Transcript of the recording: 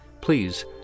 please